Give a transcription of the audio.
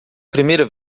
primeira